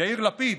יאיר לפיד?